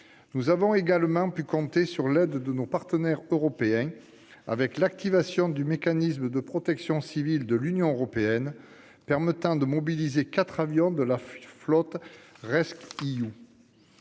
Nous avons également pu compter sur l'aide de nos partenaires européens, avec l'activation du mécanisme de protection civile de l'Union européenne, permettant de mobiliser quatre avions de la flotte rescEU.